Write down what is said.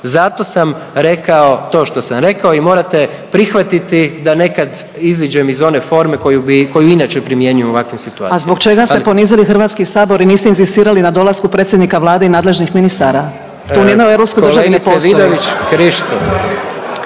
Zato sam rekao to što sam rekao i morate prihvatiti da nekad iziđem iz one forme koju vi, koju inače primjenjujem u ovakvim situacijama. **Vidović Krišto, Karolina (OIP)** A zbog čega ste ponizili HS i niste inzistirali na dolasku predsjednika Vlade i nadležnih ministara? To u nijednoj europskoj državi ne postoji.